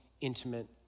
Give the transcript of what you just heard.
intimate